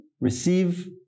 receive